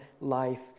life